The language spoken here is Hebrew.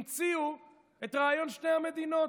המציאו את רעיון שתי המדינות.